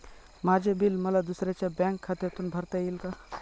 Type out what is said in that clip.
माझे बिल मला दुसऱ्यांच्या बँक खात्यातून भरता येईल का?